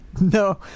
No